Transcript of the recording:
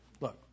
look